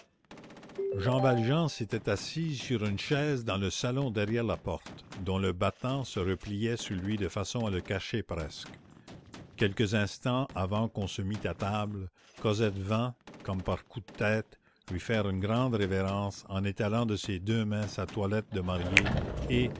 jean valjean s'était assis sur une chaise dans le salon derrière la porte dont le battant se repliait sur lui de façon à le cacher presque quelques instants avant qu'on se mît à table cosette vint comme par coup de tête lui faire une grande révérence en étalant de ses deux mains sa toilette de mariée et